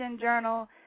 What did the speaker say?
journal